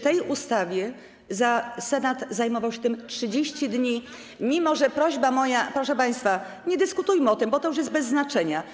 Tą ustawą Senat zajmował się 30 dni, mimo że prośba moja - proszę państwa, nie dyskutujmy o tym, bo to już jest bez znaczenia.